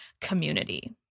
community